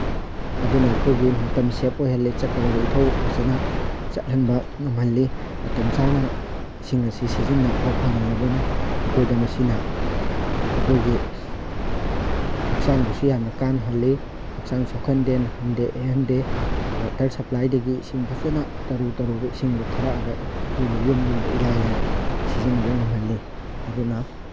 ꯑꯗꯨꯅ ꯑꯩꯈꯣꯏꯒꯤ ꯃꯇꯝ ꯁꯦꯞ ꯑꯣꯏꯍꯜꯂꯦ ꯆꯠꯀꯗꯕ ꯏꯊꯧ ꯐꯖꯅ ꯆꯠꯍꯟꯕ ꯉꯝꯍꯜꯂꯤ ꯃꯇꯝ ꯆꯥꯅ ꯏꯁꯤꯡ ꯑꯁꯤ ꯁꯤꯖꯤꯟꯅꯕ ꯐꯪꯍꯜꯂꯕꯅꯤꯅ ꯑꯩꯈꯣꯏꯗ ꯃꯁꯤꯅ ꯑꯩꯈꯣꯏꯒꯤ ꯍꯛꯆꯥꯡꯕꯨꯁꯤ ꯌꯥꯝꯅ ꯀꯥꯅꯍꯜꯂꯤ ꯍꯛꯆꯥꯡ ꯁꯣꯛꯍꯟꯗꯦ ꯅꯥꯍꯟꯗꯦ ꯌꯦꯛꯍꯟꯗꯦ ꯋꯥꯇꯔ ꯁꯄ꯭ꯂꯥꯏꯗꯒꯤ ꯏꯁꯤꯡ ꯐꯖꯅ ꯇꯔꯨ ꯇꯔꯨꯕ ꯏꯁꯤꯡꯗꯣ ꯊꯥꯔꯛꯑꯒ ꯑꯩꯈꯣꯏꯒꯤ ꯌꯨꯝ ꯌꯨꯝꯗ ꯏꯂꯥꯏ ꯂꯥꯏꯅ ꯁꯤꯖꯤꯟꯅꯕ ꯉꯝꯍꯜꯂꯤ ꯑꯗꯨꯅ